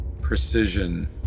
precision